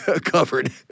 covered